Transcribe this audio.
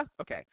Okay